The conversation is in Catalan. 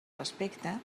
respecte